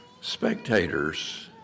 spectators